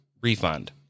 refund